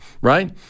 right